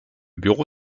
bureau